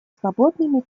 свободными